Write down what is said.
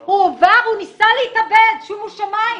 הוא ניסה להתאבד, שומו שמיים.